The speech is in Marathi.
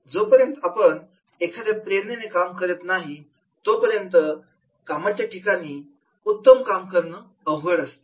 जोपर्यंत आपण एखाद्या प्रेरणेने काम करत नाही तोपर्यंत कामाच्या ठिकाणी उत्तम काम करणं अवघड असते